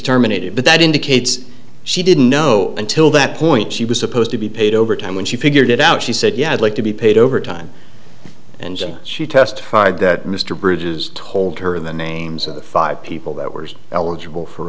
terminated but that indicates she didn't know until that point she was supposed to be paid overtime when she figured it out she said yeah i'd like to be paid over time and she testified that mr bridges told her the names of the five people that were eligible for